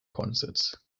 concerts